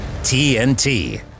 TNT